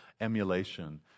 emulation